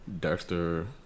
Dexter